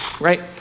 right